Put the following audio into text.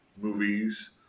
movies